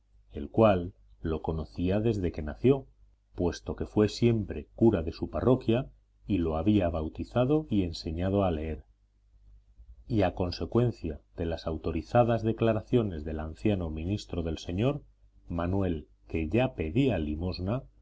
el cual lo conocía desde que nació puesto que fue siempre cura de su parroquia y lo había bautizado y enseñado a leer y a consecuencia de las autorizadas declaraciones del anciano ministro del señor manuel que ya pedía limosna